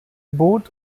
bot